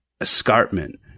escarpment